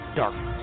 darkness